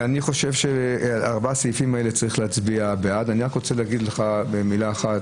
אני חושב שצריך להצביע בעד ארבעת הסעיפים האלה.